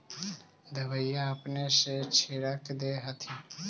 दबइया अपने से छीरक दे हखिन?